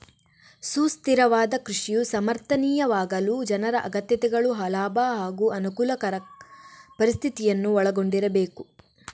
ಸುಸ್ಥಿರವಾದ ಕೃಷಿಯು ಸಮರ್ಥನೀಯವಾಗಲು ಜನರ ಅಗತ್ಯತೆಗಳು ಲಾಭ ಹಾಗೂ ಅನುಕೂಲಕರ ಪರಿಸ್ಥಿತಿಯನ್ನು ಒಳಗೊಂಡಿರಬೇಕು